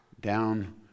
down